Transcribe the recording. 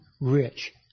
rich